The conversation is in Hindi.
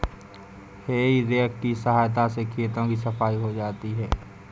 हेइ रेक की सहायता से खेतों की सफाई हो जाती है